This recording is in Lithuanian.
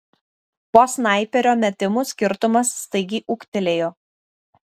po snaiperio metimų skirtumas staigiai ūgtelėjo